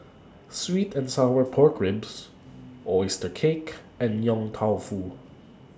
Sweet and Sour Pork Ribs Oyster Cake and Yong Tau Foo